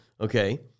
okay